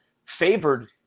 favored